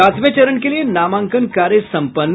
सातवें चरण के लिए नामांकन कार्य सम्पन्न